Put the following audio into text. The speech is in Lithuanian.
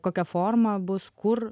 kokia forma bus kur